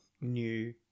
new